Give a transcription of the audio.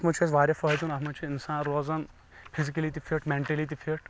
اَتھ منٛز چُھ اَسہِ واریاہ فأیِدٕ اَتھ چھ اِنسان روزان فِزکٔلی تہِ فِٹ مینٹلی تہِ فِٹ